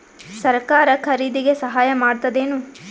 ಸರಕಾರ ಖರೀದಿಗೆ ಸಹಾಯ ಮಾಡ್ತದೇನು?